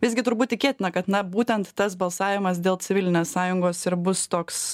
visgi turbūt tikėtina kad na būtent tas balsavimas dėl civilinės sąjungos ir bus toks